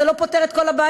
זה לא פותר את כל הבעיות,